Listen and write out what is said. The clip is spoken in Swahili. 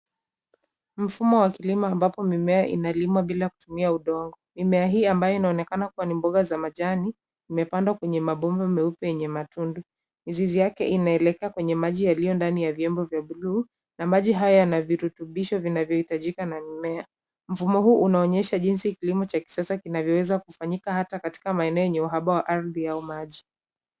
Mfumo wa kilimo ambapo mimea inalimwa bila kutumia udongo. Mimea hii ambayo inaonekana kuwa ni mboga za majani imepandwa kwenye mabomba meupe yenye matundu. Mizizi yake inaelekea kwenye maji yaliyo ndani ya vyombo vya blue na maji hayo yana virutubisho vinavyohitajika na mimea. Mfumo huu unaonyesha jinsi kilimo cha kisasa kinavyoweza kufanyika hata katika maeneo yenye uhaba wa ardhi au maji.